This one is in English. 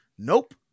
Nope